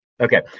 Okay